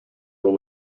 what